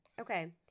Okay